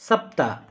सप्त